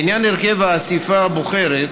לעניין הרכב האספה הבוחרת,